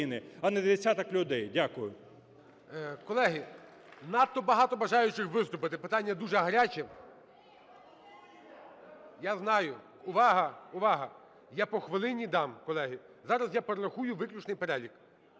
Колеги, надто багато бажаючих виступити, питання дуже гаряче. (Шум в залі) Я знаю. Увага, увага! Я по хвилині дам, колеги. Зараз я перерахую виключний перелік.